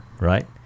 right